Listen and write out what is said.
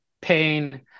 pain